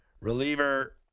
reliever